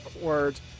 words